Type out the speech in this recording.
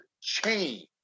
change